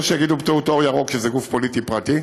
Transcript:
או שיגידו בטעות אור ירוק, שזה גוף פוליטי פרטי,